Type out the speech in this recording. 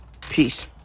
Peace